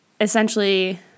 essentially